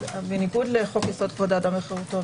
בניגוד לחוק-יסוד: כבוד האדם וחירותו,